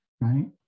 right